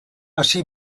hasi